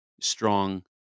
strong